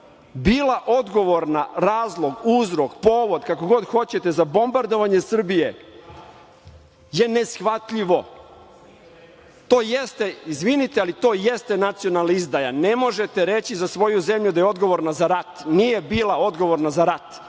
bila odgovorna, razlog, uzrok, povod, kako god hoćete za bombardovanje Srbije je neshvatljivo. Izvinite, ali to je ste nacionalna izdaja, ne možete reći za svoju zemlju da je odgovorna za rat. Nije bila odgovorna za rat,